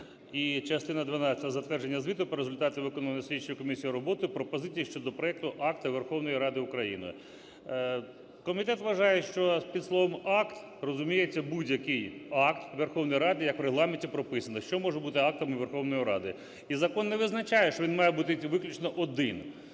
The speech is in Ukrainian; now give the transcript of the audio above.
і частина 12: "Затвердження звіту про результати виконаної слідчою комісією роботи, пропозицій щодо проекту акта Верховної Ради України". Комітет вважає, що під словом "акт" розуміється будь-який акт Верховної Ради, як в Регламенті прописано, що може бути актом у Верховної Ради. І закон не визначає, що він має бути виключно один,